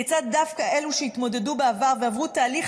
כיצד דווקא אלו שהתמודדו בעבר ועברו תהליך